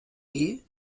ist